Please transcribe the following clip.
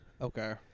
Okay